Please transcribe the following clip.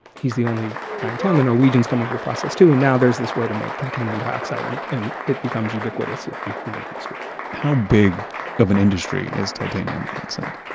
he's the only guy in town. the norwegians come up with a process too. and now there's this way to make titanium dioxide and and it becomes ubiquitous in human industry how big of an industry is titanium dioxide?